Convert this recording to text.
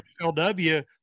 LW